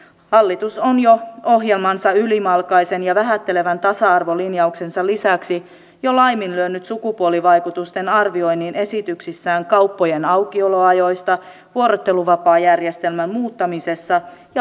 hallitus on ohjelmansa ylimalkaisen ja vähättelevän tasa arvolinjauksensa lisäksi jo laiminlyönyt sukupuolivaikutusten arvioinnin esityksissään kauppojen aukioloajoista vuorotteluvapaajärjestelmän muuttamisesta ja pakkolakipaketissaan